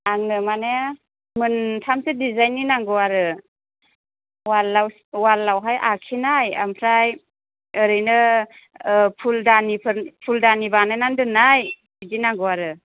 आंनो माने मोनथामसो दिजाइननि नांगौ आरो वालआवहाय आखिनाय ओमफ्राय ओरैनो फुलदानि बानायनानै दोननाय बिदि नांगौ आरो